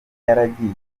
yaragiye